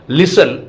listen